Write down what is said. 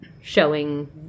showing